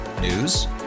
News